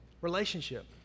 Relationship